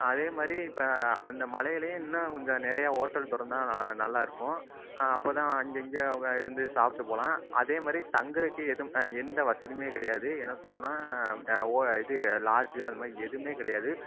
அதேமாதிரி இப்போ அந்த மலையிலையும் இன்னும் கொஞ்சம் நிறையா ஹோட்டல் திறந்தா நல்லா இருக்கும் அப்போதான் அங்கங்க அவங்க இருந்து சாப்பிட்டு போகலாம் அதேமாதிரி தங்குறதுக்கு எதுவும் எந்த வசதியுமே கிடையாது என்ன சொன்னம்னா ஓ இது லாட்ஜ் அதுமாதிரி எதுவுமே கிடையாது